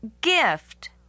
gift